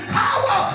power